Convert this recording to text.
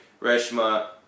Reshma